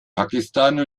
pakistan